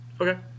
okay